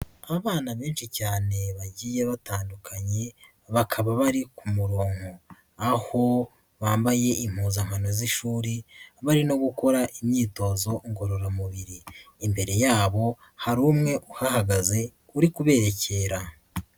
Abana benshi cyane bagiye batandukanye bakaba bari ku muronko aho bambaye impuzankano z'ishuri bari no gukora imyitozo ngororamubiri, imbere yabo hari umwe uhahagaze uri kuberekera.